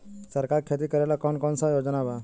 सरकार के खेती करेला कौन कौनसा योजना बा?